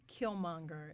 Killmonger